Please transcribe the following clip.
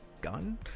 gun